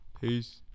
Peace